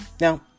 Now